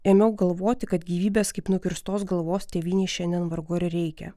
ėmiau galvoti kad gyvybės kaip nukirstos galvos tėvynei šiandien vargu ar reikia